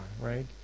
right